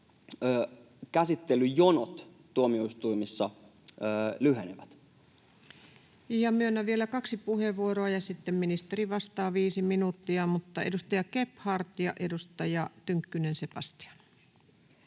Time: 12:54 Content: Ja myönnän vielä kaksi puheenvuoroa, ja sitten ministeri vastaa viisi minuuttia. — Edustaja Gebhard ja edustaja Tynkkynen, Sebastian.